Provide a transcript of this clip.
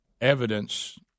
evidence